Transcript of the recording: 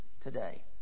today